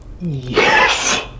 Yes